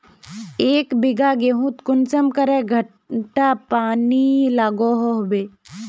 एक बिगहा गेँहूत कुंसम करे घंटा पानी लागोहो होबे?